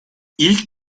i̇lk